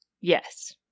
yes